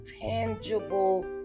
tangible